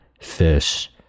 fish